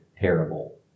terrible